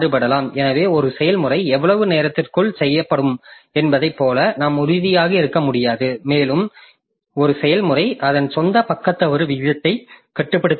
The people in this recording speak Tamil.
எனவே ஒரு செயல்முறை எவ்வளவு நேரத்திற்குள் செய்யப்படும் என்பதைப் போல நாம் உறுதியாக இருக்க முடியாது மேலும் ஒரு செயல்முறை அதன் சொந்த பக்க தவறு வீதத்தைக் கட்டுப்படுத்த முடியாது